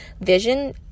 vision